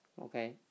okay